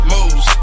Moves